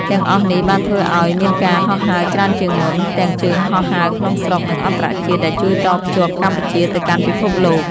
ទាំងអស់នេះបានធ្វើឲ្យ មានការហោះហើរច្រើនជាងមុន ទាំងជើងហោះហើរក្នុងស្រុកនិងអន្តរជាតិដែលជួយតភ្ជាប់កម្ពុជាទៅកាន់ពិភពលោក។